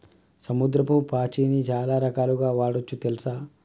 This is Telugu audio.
సముద్రపు పాచిని చాలా రకాలుగ వాడొచ్చు తెల్సా